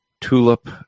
Tulip